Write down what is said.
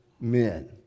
men